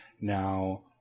Now